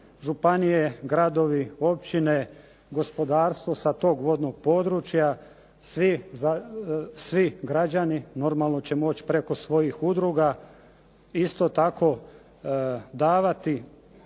županije, gradovi, općine, gospodarstvo sa tog vodnog područja, svi građani normalno će moći preko svojih udruga isto tako davati